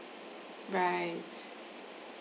right